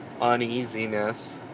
uneasiness